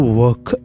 work